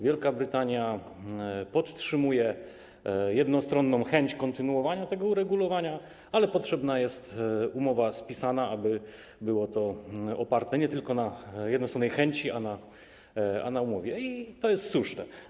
Wielka Brytania podtrzymuje jednostronną chęć kontynuowania tego uregulowania, ale potrzebna jest spisana umowa, aby było to oparte nie tylko na jednostronnej chęci, lecz także na umowie, i to jest słuszne.